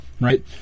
right